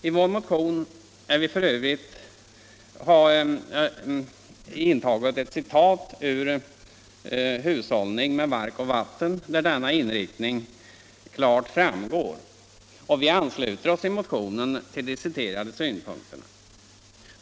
I vår motion är f. ö. intaget ett citat ut ”Hushållning med mark och vatten” där denna inriktning klart framgår, och vi ansluter oss i motionen till de citerade synpunkterna.